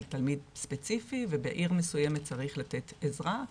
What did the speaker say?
תלמיד ספציפי ובעיר מסוימת צריך לתת עזרה,